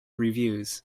reviews